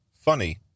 Funny